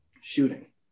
shooting